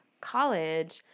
college